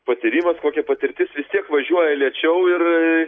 patyrimas kokia patirtis visi važiuoja lėčiau ir